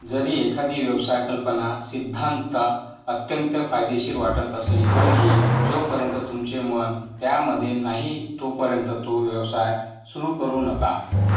जरी एखादी व्यवसाय कल्पना सिद्धांता अत्यंत फायदेशीर वाटत असली तरीही जोपर्यंत तुमचे मन त्यामध्ये नाही तोपर्यंत तो व्यवसाय सुरू करू नका